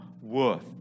worth